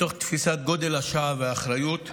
מתוך תפיסת גודל השעה והאחריות,